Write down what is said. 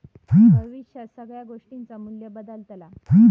भविष्यात सगळ्या गोष्टींचा मू्ल्य बदालता